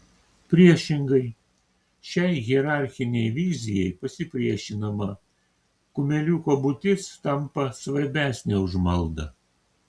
priešingai šiai hierarchinei vizijai pasipriešinama kumeliuko būtis tampa svarbesnė už maldą